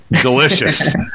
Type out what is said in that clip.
delicious